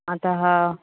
अतः